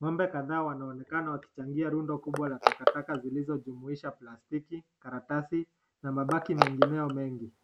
Ng'ombe kadhaa wanaonekana wakichangia rundo kubwa la takataka zilizojumuisha plastiki, karatasi na mabaki mengineo mengi.